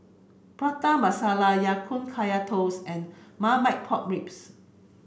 Prata Masala Ya Kun Kaya Toast and Marmite Pork Ribs